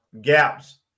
gaps